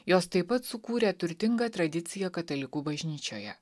jos taip pat sukūrė turtingą tradiciją katalikų bažnyčioje